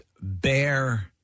bear